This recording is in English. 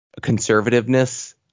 conservativeness